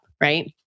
right